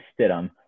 Stidham